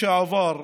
לשעבר,